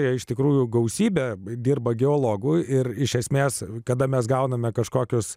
jie iš tikrųjų gausybę dirba geologų ir iš esmės kada mes gauname kažkokios